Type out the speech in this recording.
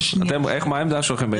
מה העמדה שלכם בעניין הזה?